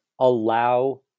allow